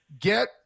get